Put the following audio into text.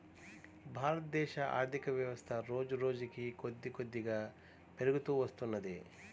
భారతదేశ ఆర్ధికవ్యవస్థ రోజురోజుకీ కొద్దికొద్దిగా పెరుగుతూ వత్తున్నది